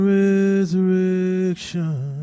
resurrection